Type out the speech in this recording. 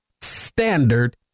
Standard